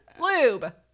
Lube